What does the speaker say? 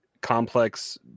complex